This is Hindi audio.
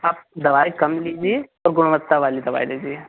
आप दवाई कम लीजिए और गुणवत्ता वाली दवाई लीजिए